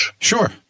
sure